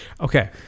Okay